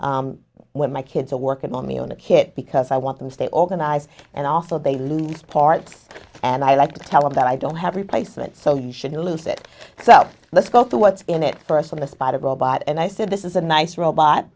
when my kids are working on me on a kit because i want them to stay organized and also they lose parts and i like to tell them that i don't have replacement so you shouldn't lose it so let's go through what's in it for us on the spot of robot and i said this is a nice robot